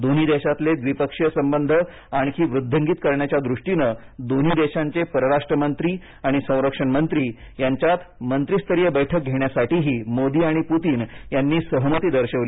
दोन्ही देशातले द्विपक्षीय संबंध आणखी वृद्धींगत करण्याच्या दृष्टीनं दोन्ही देशांचे परराष्ट्र मंत्री आणि संरक्षण मंत्री यांच्यात मंत्रीस्तरीय बैठक घेण्यासाठीही मोदी आणि पुतीन यांनी सहमती दर्शवली